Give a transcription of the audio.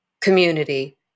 community